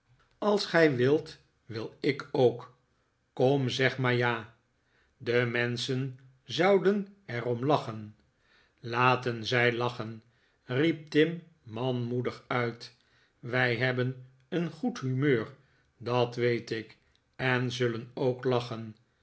als gij wilt wil ik ook kom zeg maar ja de menschen zouden er om lachen laten zij lachen riep tim manmoedig uit wij hebben een goed humeur dat weet ik en zullen ook lachen